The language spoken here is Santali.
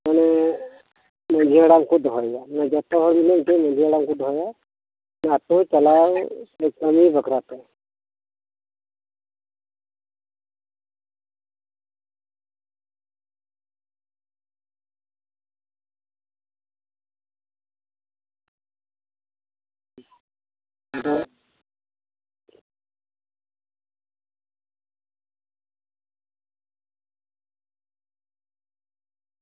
ᱡᱟᱦᱟᱸᱭ ᱢᱟᱹᱡᱷᱤ ᱦᱟᱲᱟᱢ ᱠᱚ ᱫᱚᱦᱚᱭᱮᱭᱟ ᱩᱱᱤ ᱡᱷᱚᱛᱚ ᱦᱚᱲ ᱢᱤᱞᱮ ᱢᱟᱹᱡᱷᱤ ᱦᱟᱲᱟᱢ ᱠᱚ ᱫᱚᱦᱚᱭᱮᱭᱟ ᱟᱹᱛᱳ ᱪᱟᱞᱟᱣ ᱥᱮ ᱠᱟᱹᱢᱤ ᱵᱟᱠᱷᱨᱟᱛᱮ